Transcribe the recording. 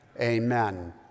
amen